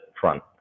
front